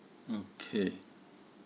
mm okay